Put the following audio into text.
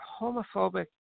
homophobic